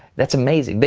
that's amazing. but